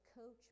Coach